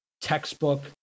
textbook